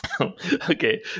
Okay